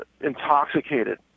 intoxicated